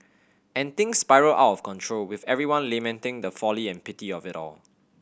and things spiral out of control with everyone lamenting the folly and pity of it all